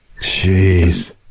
Jeez